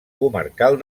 comarcal